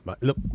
Look